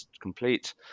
complete